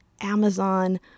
Amazon